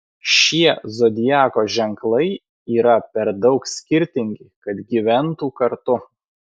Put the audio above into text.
šie zodiako ženklai yra per daug skirtingi kad gyventų kartu